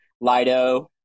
Lido